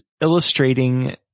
illustrating